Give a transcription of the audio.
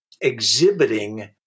exhibiting